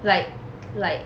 like like